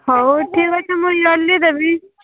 ହଉ ଠିକ୍ ଅଛି ମୁଁ ଜଲ୍ଦି ଦେବି